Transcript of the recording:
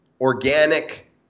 organic